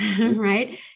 right